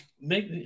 make